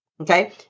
Okay